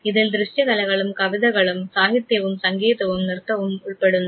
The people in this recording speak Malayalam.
ഇതിൽ ദൃശ്യകലകളും കവിതകളും സാഹിത്യവും സംഗീതവും നൃത്തവും ഉൾപ്പെടുന്നു